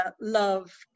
love